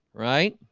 right